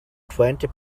twenty